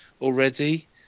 already